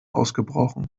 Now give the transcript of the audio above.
ausgebrochen